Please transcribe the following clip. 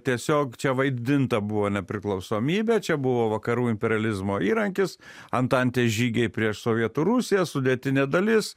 tiesiog čia vaidinta buvo nepriklausomybė čia buvo vakarų imperializmo įrankis antantės žygiai prieš sovietų rusiją sudėtinė dalis